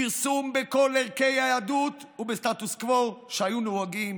כרסום בכל ערכי היהדות ובסטטוס קוו שהיו נהוגים